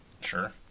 Sure